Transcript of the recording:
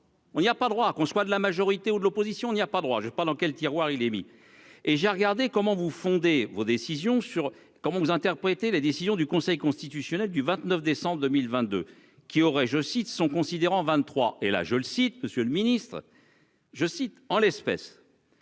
On y a pas droit à qu'on soit de la majorité ou de l'opposition n'y a pas droit je ai pas dans quel tiroir il est mis et j'ai regardé comment vous fondez vos décisions sur comment vous interprétez la décision du Conseil constitutionnel du 29 décembre 2022 qui aurait, je cite son considérant 23 et là je le cite, Monsieur le Ministre. Je cite en l'espèce.